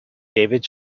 david